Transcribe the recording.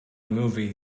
movie